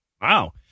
Wow